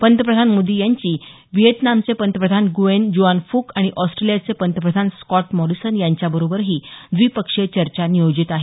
पंतप्रधान मोदी यांची व्हिएतनामचे पंतप्रधान गुऐन जुऑन फुक आणि ऑस्ट्रेलियाचे पंतप्रधान स्कॉट मॉरिसन यांच्याबरोबरही द्विपक्षीय चर्चा नियोजित आहे